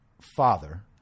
father